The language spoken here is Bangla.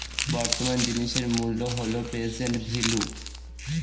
বর্তমান জিনিসের মূল্য হল প্রেসেন্ট ভেল্যু